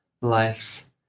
lives